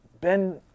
Ben